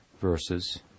verses